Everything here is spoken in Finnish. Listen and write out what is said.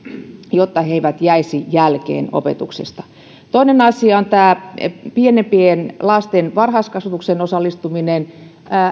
jotta he eivät jäisi jälkeen opetuksesta toinen asia on pienempien lasten varhaiskasvatukseen osallistuminen